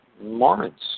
Mormons